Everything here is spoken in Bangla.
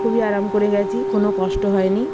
খুবই আরাম করে গেছি কোনো কষ্ট হয় নি